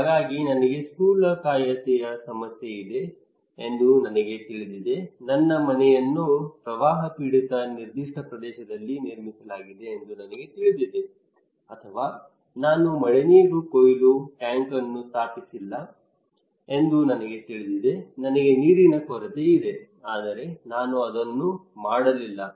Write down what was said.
ಹಾಗಾಗಿ ನನಗೆ ಸ್ಥೂಲಕಾಯತೆಯ ಸಮಸ್ಯೆ ಇದೆ ಎಂದು ನನಗೆ ತಿಳಿದಿದೆ ನನ್ನ ಮನೆಯನ್ನು ಪ್ರವಾಹ ಪೀಡಿತ ನಿರ್ದಿಷ್ಟ ಪ್ರದೇಶದಲ್ಲಿ ನಿರ್ಮಿಸಲಾಗಿದೆ ಎಂದು ನನಗೆ ತಿಳಿದಿದೆ ಅಥವಾ ನಾನು ಮಳೆನೀರು ಕೊಯ್ಲು ಟ್ಯಾಂಕ್ ಅನ್ನು ಸ್ಥಾಪಿಸಿಲ್ಲ ಎಂದು ನನಗೆ ತಿಳಿದಿದೆ ನನಗೆ ನೀರಿನ ಕೊರತೆ ಇದೆ ಆದರೆ ನಾನು ಅದನ್ನು ಮಾಡಲಿಲ್ಲ